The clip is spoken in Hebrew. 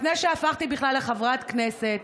לפני שהפכתי בכלל לחברת כנסת.